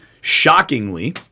Shockingly